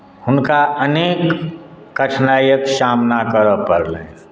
हुनका अनेक कठिनाइक सामना करय पड़लनि